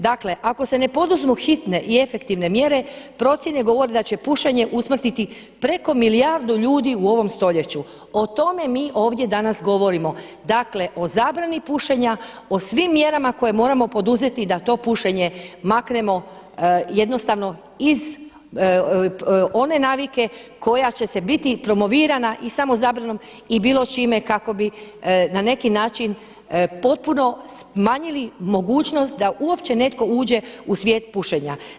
Dakle ako se ne poduzmu hitne i efektivne mjere, procjene govore da će pušenje usmrtiti preko milijardu ljudi u ovom stoljeću, o tome mi danas ovdje govorimo, dakle o zabrani pušenja o svim mjerama koje moramo poduzeti da to pušenje maknemo iz one navike koja će biti promovirana i samo zabranom i bilo čime kako bi na neki način potpuno smanjili mogućnost da uopće netko uđe u svijet pušenja.